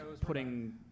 putting